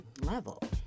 level